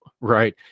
Right